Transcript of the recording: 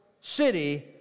city